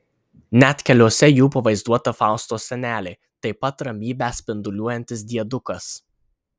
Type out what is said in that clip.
net keliuose jų pavaizduota faustos senelė taip pat ramybe spinduliuojantis diedukas